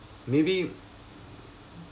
maybe